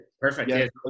Perfect